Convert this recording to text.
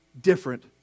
different